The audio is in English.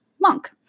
monk